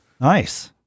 Nice